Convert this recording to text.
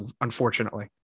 unfortunately